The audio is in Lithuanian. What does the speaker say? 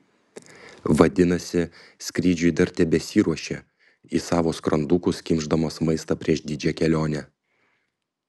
vadinasi skrydžiui dar tebesiruošia į savo skrandukus kimšdamos maistą prieš didžią kelionę